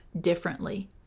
differently